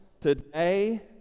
today